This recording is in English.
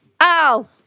Al